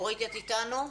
אורית, את איתנו?